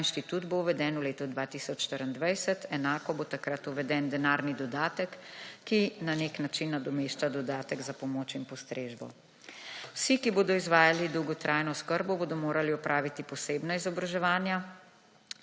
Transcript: Ta inštitut bo uveden v letu 2024, enako bo takrat uveden denarni dodatek, ki na nek način nadomešča dodatek za pomoč in postrežbo. Vsi, ki bodo izvajali dolgotrajno oskrbo bodo morali opraviti posebna izobraževanja